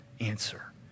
answer